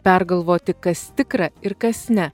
pergalvoti kas tikra ir kas ne